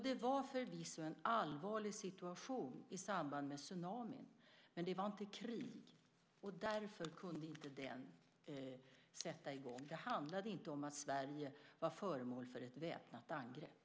Det rådde förvisso en allvarlig situation i samband med tsunamin, men det var inte krig, och därför kunde inte den organisationen sätta i gång. Det handlade inte om att Sverige var föremål för ett väpnat angrepp.